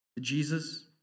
Jesus